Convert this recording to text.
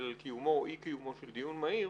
על קיומו או אי קיומו של דיון מהיר